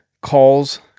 calls